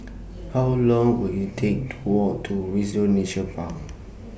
How Long Will IT Take to Walk to Windsor Nature Park